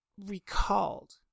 recalled